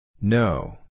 No